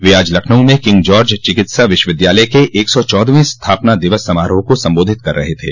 वे आज लखनऊ में King George चिकित्सा विश्वविद्यालय के एक सौ चौदहवें स्थापना दिवस समारोह को संबोधित कर रहे थे